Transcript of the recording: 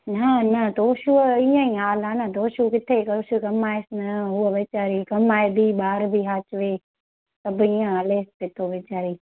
न न तोशूअ ईअं ई हाल आहे न तोशू किथे तोशू कमाएसि न हूअ वीचारी कमाए बि ॿार बि हाशवे सभु ईअं हलेसि पियो विचारी